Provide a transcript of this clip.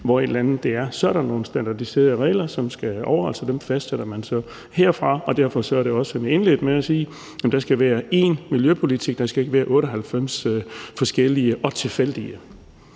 er der nogle standardiserede regler, som skal overholdes, og dem fastsætter man så herfra. Derfor skal der også, som jeg indledte med at sige, være én miljøpolitik; der skal ikke være 98 forskellige og tilfældige